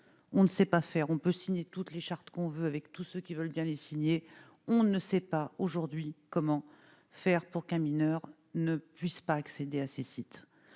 on ne sait pas faire, on peut signé toutes les chartes qu'on veut avec tous ceux qui veulent bien les signer, on ne sait pas aujourd'hui comment faire pour qu'un mineur ne puisse pas accéder à ces sites